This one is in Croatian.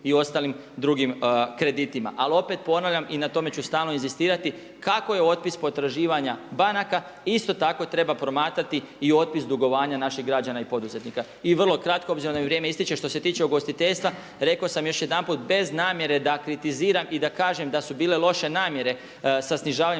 i ostalim drugim kreditima. Ali opet ponavljam i na tome ću stalno inzistirati kako je otpis potraživanja banaka isto tako treba promatrati i otpis dugovanja naših građana i poduzetnika. I vrlo kratko obzirom da mi vrijeme istječe. Što se tiče ugostiteljstva, rekao sam još jedanput bez namjere da kritiziram i da kažem da su bile loše namjere sa snižavanjem